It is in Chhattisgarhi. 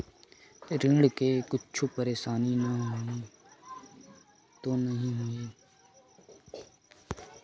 ऋण से कुछु परेशानी तो नहीं होही?